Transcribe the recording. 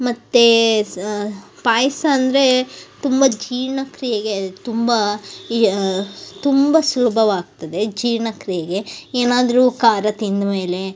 ಮತ್ತೆ ಸಹ ಪಾಯಸ ಅಂದರೆ ತುಂಬ ಜೀರ್ಣಕ್ರಿಯೆಗೆ ತುಂಬ ತುಂಬ ಸುಲಭವಾಗ್ತದೆ ಜೀರ್ಣಕ್ರಿಯೆಗೆ ಏನಾದರೂ ಖಾರ ತಿಂದಮೇಲೆ